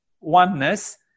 oneness